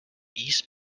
east